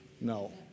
No